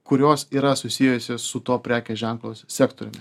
kurios yra susijusios su tuo prekės ženklo sektoriumi